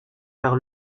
par